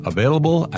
Available